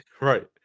right